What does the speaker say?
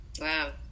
Wow